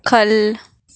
ख'ल्ल